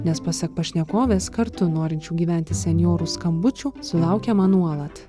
nes pasak pašnekovės kartu norinčių gyventi senjorų skambučių sulaukiama nuolat